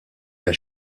għal